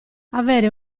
avere